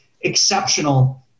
exceptional